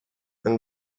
and